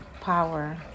power